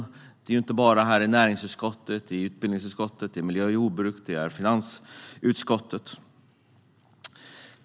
Den behandlas inte bara i näringsutskottet utan även i utbildningsutskottet, miljö och jordbruksutskottet och finansutskottet.